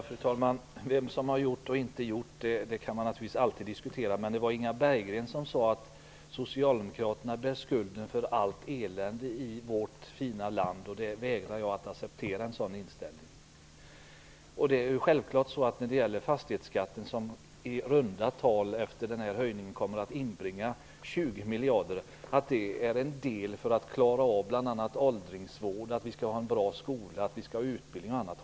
Fru talman! Vem som har gjort och inte har gjort något kan man naturligtvis alltid diskutera. Men det var Inga Berggren som sade att socialdemokraterna bär skulden för allt elände i vårt fina land. En sådan inställning vägrar jag att acceptera. Självklart är fastighetsskatten, som efter höjningen i runda tal kommer att inbringa 20 miljarder, en del av det som behövs för att klara bl.a. åldringsvården, bra skolor, utbildning och annat.